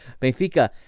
Benfica